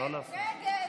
נגד,